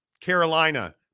Carolina